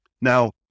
now